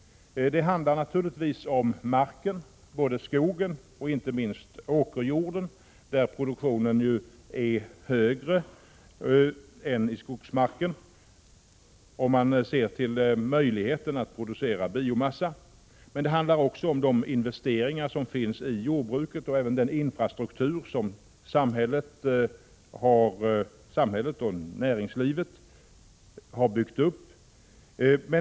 Det handlar för det första naturligtvis om marken — skogsmarken och inte minst åkerjorden, där produktionen ju är högre än i skogen, om man ser till möjligheten att producera biomassa. Det handlar för det andra om de investeringar som finns i jordbruket och även i den infrastruktur som samhället och näringslivet har byggt upp.